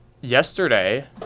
yesterday